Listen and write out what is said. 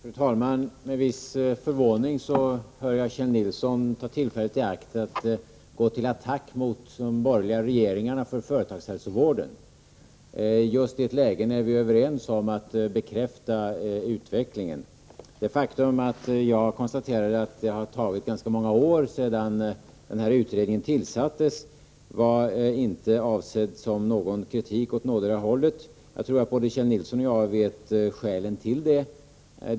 Fru talman! Med viss förvåning hörde jag Kjell Nilsson ta tillfället i akt att gå till attack mot de borgerliga regeringarna för deras politik när det gäller företagshälsovården i ett läge när vi är överens om att bekräfta utvecklingen. Det faktum att jag konstaterade att det hade gått ganska många år sedan utredningen tillsattes var inte avsett som kritik åt någotdera hållet. Jag tror att både Kjell Nilsson och jag vet skälen till att det har tagit lång tid.